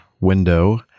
window